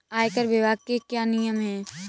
आयकर विभाग के क्या नियम हैं?